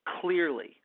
clearly